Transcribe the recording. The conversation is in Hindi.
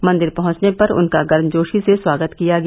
मंदिर पहुंचने पर उनका गर्मजोशी से स्वागत किया गया